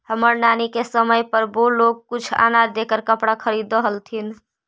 हमर नानी के समय पर वो लोग कुछ अनाज देकर कपड़ा खरीदअ हलथिन